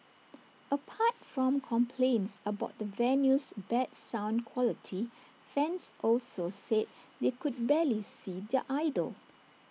apart from complaints about the venue's bad sound quality fans also said they could barely see their idol